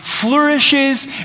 Flourishes